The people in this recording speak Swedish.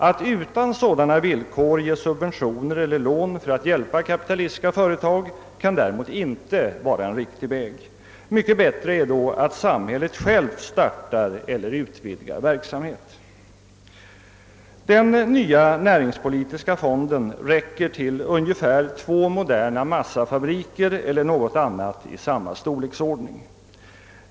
Att utan sådana villkor ge subventioner eller lån för att hjälpa kapitalistiska företag kan däremot inte vara en riktig väg. Mycket bättre är då att samhället självt startar eller utvidgar verksamhet. Den nya näringspolitiska fonden räcker till ungefär två moderna massafa briker eller något annat i samma storleksordning.